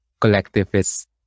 collectivist